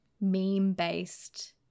meme-based